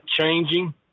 changing